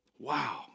Wow